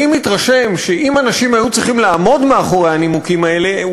אני מתרשם שאם אנשים היו צריכים לעמוד מאחורי הנימוקים האלה,